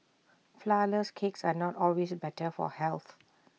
Flourless Cakes are not always better for health